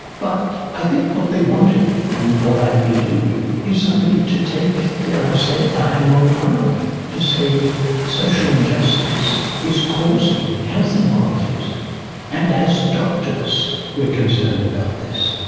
but i think what they wanted and what i've been doing is somebody to take, dare i say the high moral ground to say social injustice is causing health inequalities and as doctors we're concerned about this.